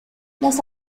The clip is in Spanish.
las